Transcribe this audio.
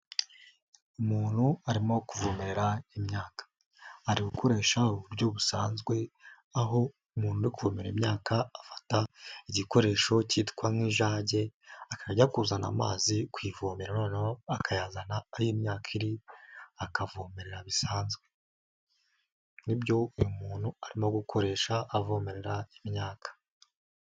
Umuntu arimo kuvomera imyaka ari gukoresha uburyo busanzwe aho umuntu uri kuvomerera imyaka afata igikoresho cyitwa nk'ijage akajya ajya kuzana amazi kuvomera noneho akayazana aho imyaka iri akavomerera bisanzwe, nibyo uyu muntu arimo gukoresha avomerera imyaka.